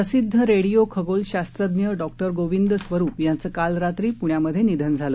प्रसिद्ध रेडिओ खगोल शास्त्रज्ञ डॉ गोविंद स्वरुप यांचं काल रात्री पुण्यामधे निधन झालं